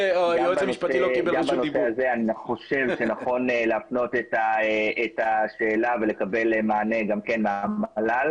גם בנושא הזה אני חושב שנכון להפנות את השאלה ולקבל מענה מהמל"ל.